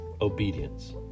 obedience